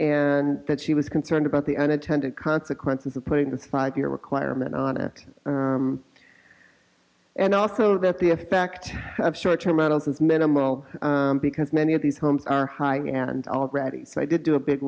and that she was concerned about the unintended consequences of putting this five year requirement on a and also that the effect of short term metals is minimal because many of these homes are high and already so i did do a big